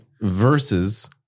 Versus